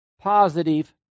positive